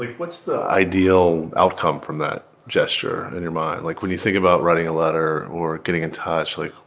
what's the ideal outcome from that gesture in your mind? like, when you think about writing a letter or getting in touch, like,